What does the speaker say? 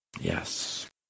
Yes